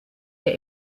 der